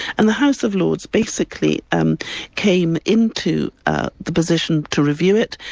and the house of lords basically um came into ah the position to review it,